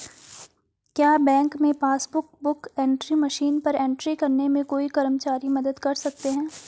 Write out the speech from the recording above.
क्या बैंक में passbook book entry machine पर एंट्री करने में कोई कर्मचारी मदद कर सकते हैं?